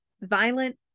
violent